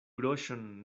groŝon